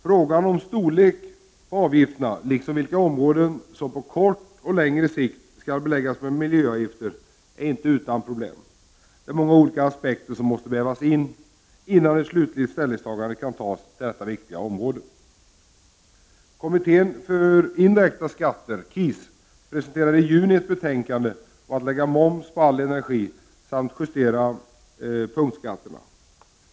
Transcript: Frågan om storleken på avgifterna liksom vilka områden som på kort och längre sikt skall beläggas med miljöavgifter är inte utan problem. Många olika aspekter måste vägas in innan en slutlig ställning kan tas på detta viktiga område. Kommittén för indirekta skatter, KIS, presenterade i juni ett betänkande om att lägga moms på all energi samt justera punktskatterna.